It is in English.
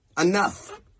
Enough